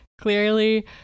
clearly